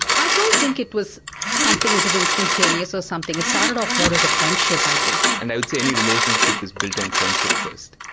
i don't think it was something which was instantaneous or something, it started off more as a friendship i think. and i would say any relationship is built on friendship first.